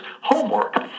homework